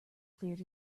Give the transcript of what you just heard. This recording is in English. cleared